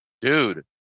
Dude